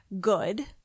good